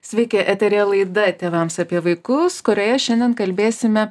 sveiki eteryje laida tėvams apie vaikus kurioje šiandien kalbėsime